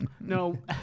No